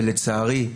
ולצערי,